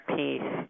peace